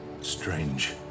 strange